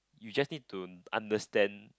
you just need to understand